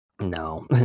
no